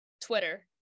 Twitter